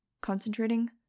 Concentrating